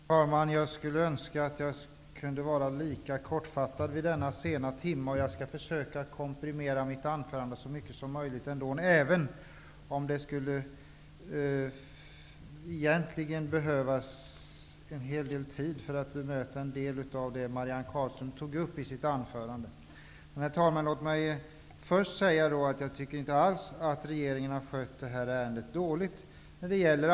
Herr talman! Jag önskar att jag också kunde vara kortfattad vid denna sena timme, och jag skall försöka komprimera mitt anförande så mycket som möjligt. Det skulle egentligen behövas en hel del tid för att bemöta något av det som Marianne Carlström tog upp i sitt anförande. Låt mig först, herr talman, säga att jag inte alls tycker att regeringen har skött ärendet dåligt.